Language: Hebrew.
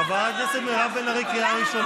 למה חבר כנסת מהמפלגה שלך אמר עליי שאני עושה ספונג'ה?